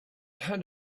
had